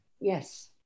Yes